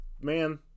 man